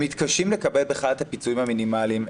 הם מתקשים לקבל בכלל את הפיצויים המינימליים.